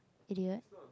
idiot